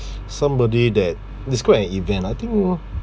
somebody that describe an event I think no